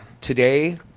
today